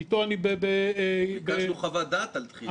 שאתו אני --- ביקשנו מכם חוות דעת על דחייה.